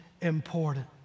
important